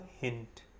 hint